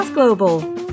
Global